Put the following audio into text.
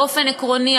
באופן עקרוני,